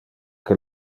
que